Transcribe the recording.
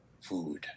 food